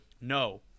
No